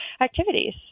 activities